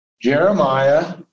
Jeremiah